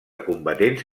combatents